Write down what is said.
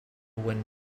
win